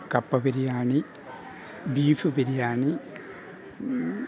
കപ്പ ബിരിയാണി ബീഫ് ബിരിയാണി